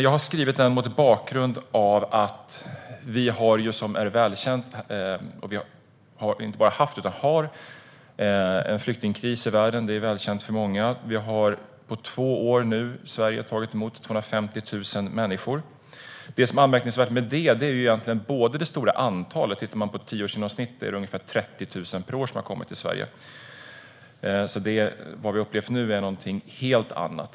Jag skrev den mot bakgrund av att det inte bara har varit utan fortfarande är en flyktingkris i världen. Det är välkänt för många. Under två år har Sverige tagit emot 250 000 människor. Det anmärkningsvärda är det stora antalet. Ett tioårsgenomsnitt har varit att ungefär 30 000 per år har kommit till Sverige. Vad vi har upplevt nu är något helt annat.